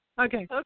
Okay